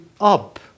up